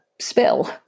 spill